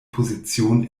position